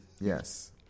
Yes